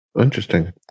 Interesting